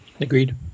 agreed